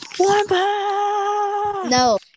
No